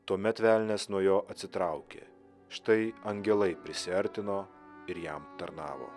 tuomet velnias nuo jo atsitraukė štai angelai prisiartino ir jam tarnavo